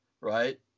right